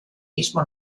mismo